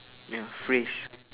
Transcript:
ya phrase